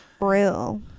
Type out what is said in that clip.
Real